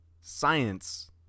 science